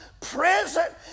present